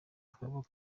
twaba